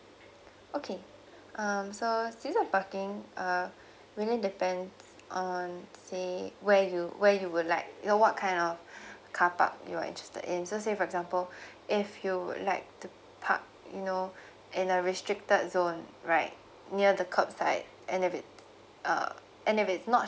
okay um so season parking uh really depend on say where you where you would like you know what kind of car park you're interested in so say for example if you would like to park you know in a restricted zone right near the curb side and if it uh and if it's not